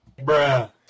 Bruh